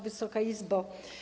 Wysoka Izbo!